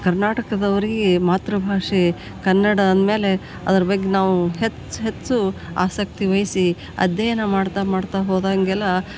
ಕರ್ನಾಟಕದವರಿಗೆ ಮಾತೃಭಾಷೆ ಕನ್ನಡ ಅಂದಮೇಲೆ ಅದ್ರ ಬಗ್ಗೆ ನಾವು ಹೆಚ್ಚು ಹೆಚ್ಚು ಆಸಕ್ತಿ ವಹಿಸಿ ಅಧ್ಯಯನ ಮಾಡ್ತಾ ಹೋದಂಗೆಲ್ಲ